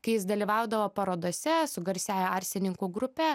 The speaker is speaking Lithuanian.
kai jis dalyvaudavo parodose su garsiąja arsininkų grupe